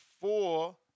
four